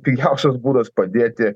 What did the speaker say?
pigiausias būdas padėti